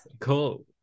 Cool